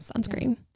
sunscreen